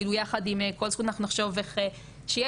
יחד עם "כל זכות" אנחנו נחשוב איך שיהיה